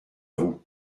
vous